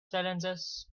silences